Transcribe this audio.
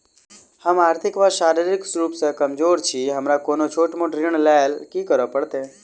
हम आर्थिक व शारीरिक रूप सँ कमजोर छी हमरा कोनों छोट मोट ऋण लैल की करै पड़तै?